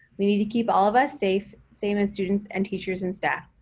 we need to keep all of us safe. same as students and teachers and staff.